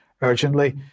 urgently